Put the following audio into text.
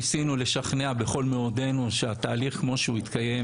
ניסינו לשכנע בכל מאודנו שהתהליך כמו שהוא התקיים